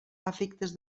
efectes